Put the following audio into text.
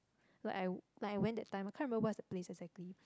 like I w~ like I went that time I can't remember what's the place exactly